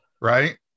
right